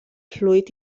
fluid